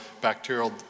bacterial